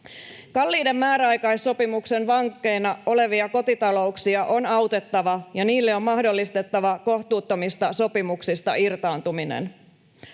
Kalliiden määräaikaissopimusten vankeina olevia kotitalouksia on autettava, ja niille on mahdollistettava kohtuuttomista sopimuksista irtaantuminen.